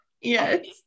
yes